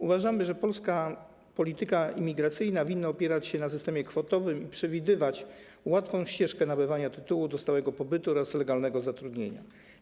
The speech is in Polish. Uważamy, że polska polityka imigracyjna winna opierać się na systemie kwotowym i przewidywać łatwą ścieżkę nabywania tytułu do stałego pobytu oraz legalnego zatrudnienia.